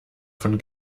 von